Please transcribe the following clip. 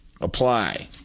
apply